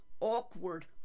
awkward